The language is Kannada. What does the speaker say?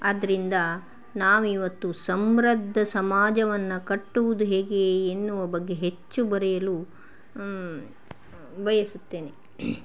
ಆದ್ರಿಂದ ನಾವು ಇವತ್ತು ಸಮೃದ್ಧ ಸಮಾಜವನ್ನು ಕಟ್ಟುವುದು ಹೇಗೆ ಎನ್ನುವ ಬಗ್ಗೆ ಹೆಚ್ಚು ಬರೆಯಲು ಬಯಸುತ್ತೇನೆ